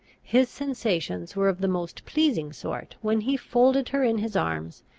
his sensations were of the most pleasing sort when he folded her in his arms,